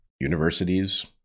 universities